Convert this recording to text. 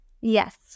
Yes